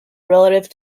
relative